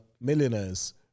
millionaires